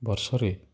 ବର୍ଷରେ